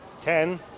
Ten